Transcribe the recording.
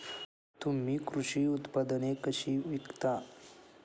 तुम्ही कृषी उत्पादने कशी विकता?